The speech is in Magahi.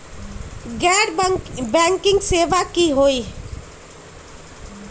गैर बैंकिंग सेवा की होई?